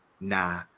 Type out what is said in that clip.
Nah